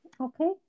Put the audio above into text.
Okay